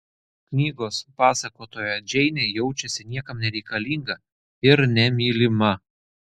knygos pasakotoja džeinė jaučiasi niekam nereikalinga ir nemylima